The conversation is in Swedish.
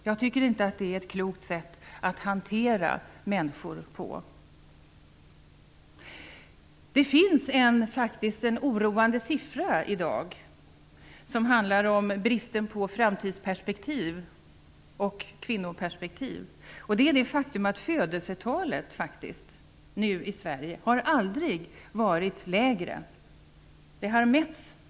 Jag tycker inte att det är ett klokt sätt att hantera människor på. Det finns en oroande siffra i dag. Det handlar om bristen på framtidsperspektiv och kvinnoperspektiv. Det är det faktum att födelsetalet aldrig har varit lägre i Sverige.